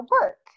work